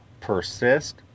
persist